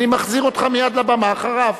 אני מחזיר אותך לבמה מייד אחריו.